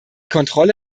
kontrolle